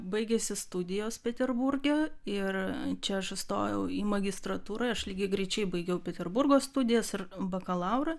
baigėsi studijos peterburge ir čia aš įstojau į magistratūrą aš lygiagrečiai baigiau peterburgo studijas ir bakalaurą